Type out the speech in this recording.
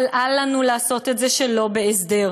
אבל אל לנו לעשות את זה שלא בהסדר,